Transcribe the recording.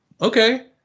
okay